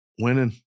Winning